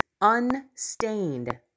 unstained